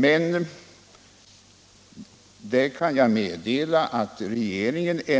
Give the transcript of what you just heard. Men jag kan meddela att regeringen icke